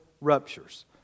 ruptures